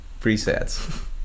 presets